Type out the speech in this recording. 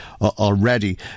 already